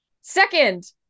Second